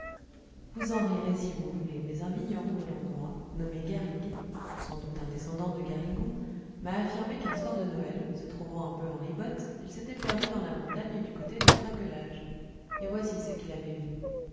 vous en rirez si vous voulez mais un vigneron de l'endroit nommé garrigue sans doute un descendant de garrigou m'a affirmé qu'un soir de noël se trouvant un peu en ribote il s'était perdu dans la montagne du côté de trinquelage et voici ce qu'il avait vu